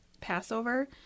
Passover